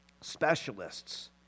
specialists